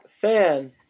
fan